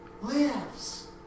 lives